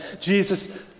Jesus